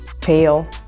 Pale